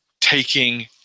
taking